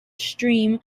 steam